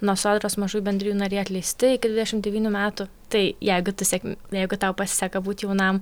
nuo sodros mažųjų bendrijų nariai atleisti iki dvidešimt devynių metų tai jeigu tu sėkm jeigu tau pasiseka būti jaunam